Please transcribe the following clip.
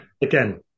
again